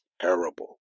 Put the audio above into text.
terrible